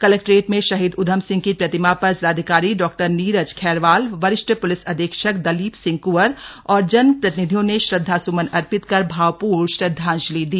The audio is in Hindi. कलेक्ट्रेट में शहीद उधम सिंह की प्रतिमा पर जिलाधिकारी डा नीरज खैरवाल वरिष्ठ पुलिस अधीक्षक दलीप सिंह कंवर और जनप्रतिनिधियों ने श्रद्वा सुमन अर्पित कर भावपूर्ण श्रद्वांजलि दी